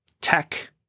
tech